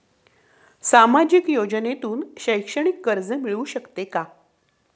सामाजिक योजनेतून शैक्षणिक कर्ज मिळू शकते का?